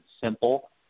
simple